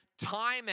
time